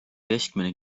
keskmine